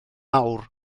awr